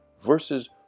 versus